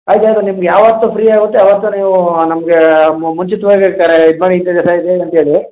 ಆಯ್ತು ಆಯಿತು ನಿಮ್ಗೆ ಯಾವತ್ತು ಫ್ರೀ ಆಗುತ್ತೆ ಅವತ್ತು ನೀವು ನಮಗೆ ಮುಂಚಿತವಾಗಿ ಕರೆ ಇದು ಮಾಡಿ ಇಂಥ ದಿವಸ ಇದೆ ಅಂತ ಹೇಳಿ